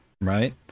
right